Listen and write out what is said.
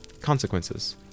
consequences